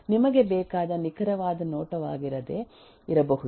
ನಿಮಗೆ ಬೇಕಾದ ನಿಖರವಾದ ನೋಟವಾಗಿರದೆ ಇರಬಹುದು